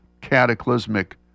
cataclysmic